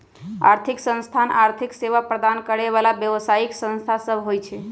आर्थिक संस्थान आर्थिक सेवा प्रदान करे बला व्यवसायि संस्था सब होइ छै